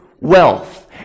wealth